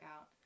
out